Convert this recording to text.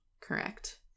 Correct